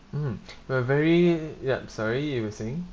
mm we are very yup sorry you were saying